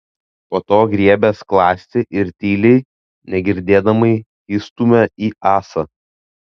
po to griebė skląstį ir tyliai negirdimai įstūmė į ąsą